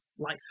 Life